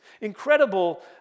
incredible